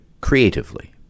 creatively